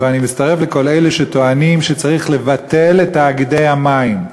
אז אני מצטרף לכל אלה שטוענים שצריך לבטל את תאגידי המים.